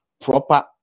proper